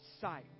sight